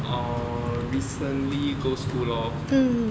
orh recently go school lor